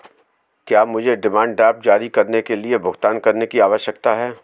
क्या मुझे demand draft जारी करने के लिए भुगतान करने की आवश्यकता है?